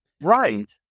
Right